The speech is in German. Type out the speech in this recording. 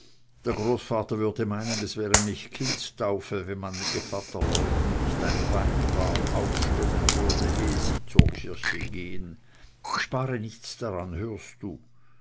der großvater würde meinen es wäre nicht kindstaufe wenn man den gevatterleuten nicht ein weinwarm aufstellen würde ehe sie zur kirche gehen spare nichts daran hörst du